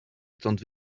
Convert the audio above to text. stąd